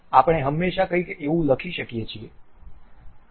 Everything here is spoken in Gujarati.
આપણે હંમેશાં કંઈક એવું લખી શકીએ છીએ